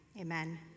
amen